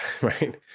right